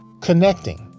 connecting